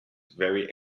very